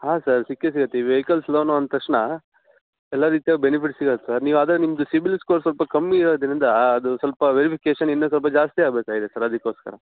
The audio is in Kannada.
ಹಾಂ ಸರ್ ಸಿಕ್ಕೇ ಸಿಗುತ್ತೆ ಈ ವೆಹಿಕಲ್ಸ್ ಲೋನು ಅಂದ ತಕ್ಷಣ ಎಲ್ಲ ರೀತಿಯ ಬೆನಿಫಿಟ್ ಸಿಗತ್ತೆ ಸರ್ ನೀವು ಆದರೆ ನಿಮ್ಮದು ಸಿಬಿಲ್ ಸ್ಕೋರ್ ಸ್ವಲ್ಪ ಕಮ್ಮಿ ಇರೋದ್ರಿಂದ ಅದು ಸ್ವಲ್ಪ ವೆರಿಫಿಕೇಷನ್ ಇನ್ನು ಸ್ವಲ್ಪ ಜಾಸ್ತಿ ಆಗಬೇಕಾಗಿದೆ ಸರ್ ಅದಕ್ಕೋಸ್ಕರ